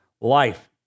life